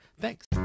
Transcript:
thanks